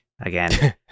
again